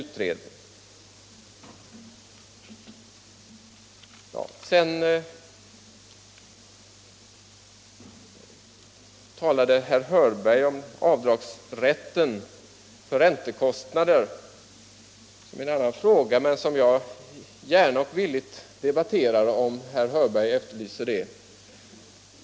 Herr Hörberg talade om rätten till avdrag för räntekostnader. Det är en annan fråga, som jag emellertid gärna och villigt debatterar om herr Hörberg efterlyser det.